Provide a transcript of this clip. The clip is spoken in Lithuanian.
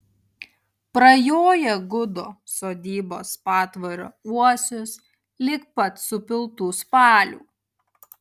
prajoja gudo sodybos patvorio uosius lig pat supiltų spalių